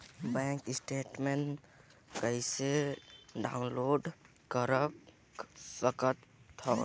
Bank statement कइसे download कर सकथव?